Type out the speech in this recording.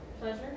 pleasure